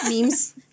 memes